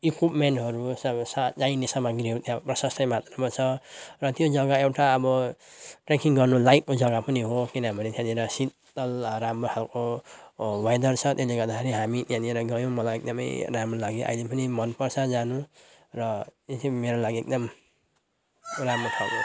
इकुप्मेन्टहरू अब चाहिने सामग्रीहरू त्यहाँ प्रसस्तै मात्रामा छ र त्यो जग्गा एउटा अब ट्रेकिङ गर्नलायकको जग्गा पनि हो किनभने त्यहाँनिर शीतल राम्रो खालको वेदर छ त्यसले गर्दाखेरि हामी त्यहाँनिर गयौँ मलाई एकदमै राम्रो लाग्यो अहिले पनि मनपर्छ जानु र यो चाहिँ मेरो लागि एकदम राम्रो ठाउँ हो